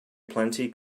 plenty